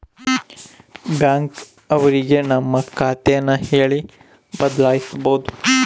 bank ಅವ್ರಿಗೆ ನಮ್ ಖಾತೆ ನ ಹೇಳಿ ಬದಲಾಯಿಸ್ಬೋದು